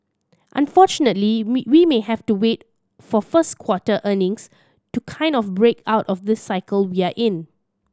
unfortunately we we may have to wait for first quarter earnings to kind of break out of the cycle we're in